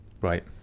Right